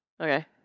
Okay